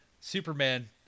Superman